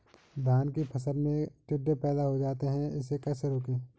धान की फसल में टिड्डे पैदा हो जाते हैं इसे कैसे रोकें?